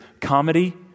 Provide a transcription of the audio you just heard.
comedy